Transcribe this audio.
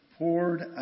poured